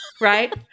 Right